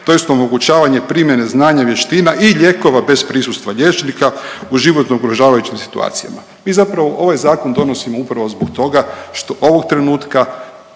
tj. omogućavanje primjene znanja, vještina i lijekova bez prisustva liječnika u životno ugrožavajućim situacijama. Mi zapravo ovaj zakon donosimo upravo zbog toga što ovog trenutka